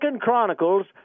Chronicles